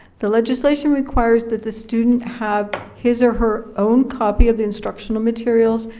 the legislation requires that the student have his or her own copy of the instructional materials,